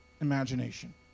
imagination